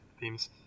themes